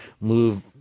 move